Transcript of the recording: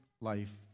life